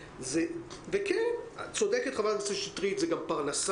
אף אחד לא מנסה סתם למרוח